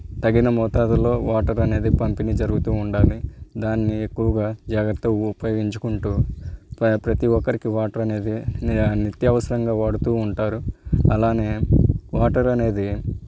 తగిన మోతాదులో వాటర్ అనేది పంపిణి జరుగుతూ ఉండాలి దాన్ని ఎక్కువగా జాగ్రత్తగా ఉపయోగించుకుంటూ ప్రతీ ఒక్కరికి వాటర్ అనేది నిత్యవసరంగా వాడుతూ ఉంటారు అలానే వాటర్ అనేది